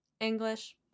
English